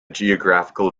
geographical